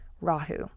Rahu